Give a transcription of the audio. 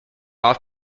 off